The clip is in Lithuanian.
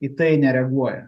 į tai nereaguoja